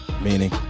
meaning